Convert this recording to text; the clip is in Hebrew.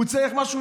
הוא צריך משהו,